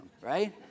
right